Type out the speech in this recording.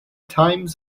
times